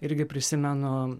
irgi prisimenu